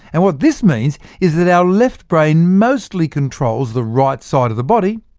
and what this means is that our left brain mostly controls the right side of the body,